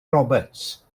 roberts